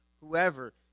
whoever